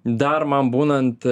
dar man būnant